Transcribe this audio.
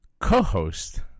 co-host